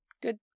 Good